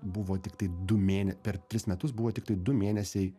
buvo tiktai du mėne per tris metus buvo tiktai du mėnesiai